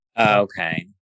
Okay